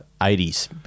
80s